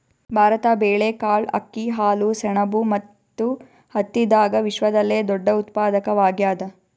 ಭಾರತ ಬೇಳೆಕಾಳ್, ಅಕ್ಕಿ, ಹಾಲು, ಸೆಣಬು ಮತ್ತು ಹತ್ತಿದಾಗ ವಿಶ್ವದಲ್ಲೆ ದೊಡ್ಡ ಉತ್ಪಾದಕವಾಗ್ಯಾದ